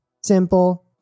Simple